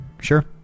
sure